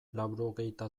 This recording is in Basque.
laurogehita